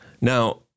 Now